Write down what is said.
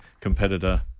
competitor